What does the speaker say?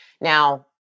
Now